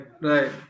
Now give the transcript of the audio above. right